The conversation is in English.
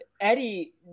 Eddie